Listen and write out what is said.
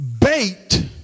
Bait